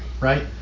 right